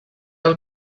del